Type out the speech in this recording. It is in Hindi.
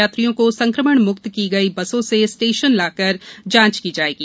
यात्रियों को संक्रमण म्क्त की गईं बसों से स्टेशन लाकर जांच की जाएगी